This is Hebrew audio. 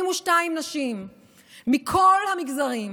22 נשים מכל המגזרים.